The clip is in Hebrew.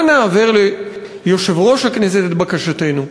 אנא העבר ליושב-ראש הכנסת את בקשתנו,